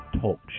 Talk